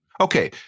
Okay